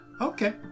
Okay